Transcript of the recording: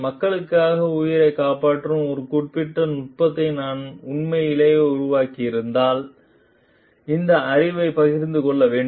மக்களுக்காக உயிரைக் காப்பாற்றும் ஒரு குறிப்பிட்ட நுட்பத்தை நான் உண்மையிலேயே உருவாக்கியிருந்தால் இந்த அறிவைப் பகிர்ந்து கொள்ள வேண்டும்